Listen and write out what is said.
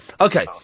Okay